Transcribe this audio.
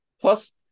plus